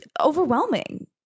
overwhelming